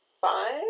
five